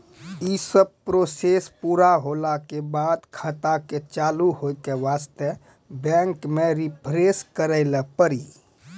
यी सब प्रोसेस पुरा होला के बाद खाता के चालू हो के वास्ते बैंक मे रिफ्रेश करैला पड़ी?